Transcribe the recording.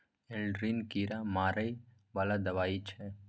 Aldrin कीरा मारै बला दवाई छै